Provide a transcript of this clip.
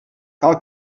cal